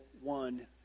one